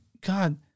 God